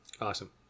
Awesome